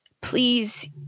please